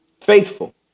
faithful